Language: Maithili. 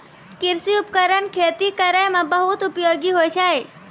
कृषि उपकरण खेती करै म बहुत उपयोगी होय छै